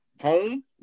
home